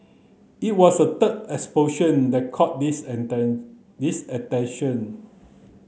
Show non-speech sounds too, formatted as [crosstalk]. it was the third explosion that caught this [unintelligible] this attention